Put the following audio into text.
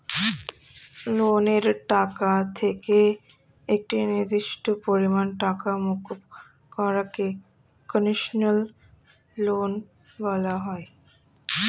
লোনের টাকা থেকে একটি নির্দিষ্ট পরিমাণ টাকা মুকুব করা কে কন্সেশনাল লোন বলা হয়